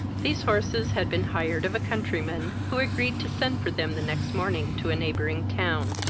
these horses had been hired of a countryman, who agreed to send for them the next morning to a neighbouring town.